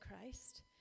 Christ